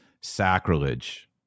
sacrilege